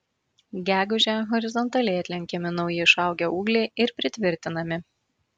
gegužę horizontaliai atlenkiami nauji išaugę ūgliai ir pritvirtinami